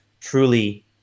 truly